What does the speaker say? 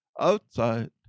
outside